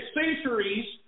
centuries